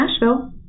Nashville